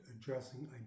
addressing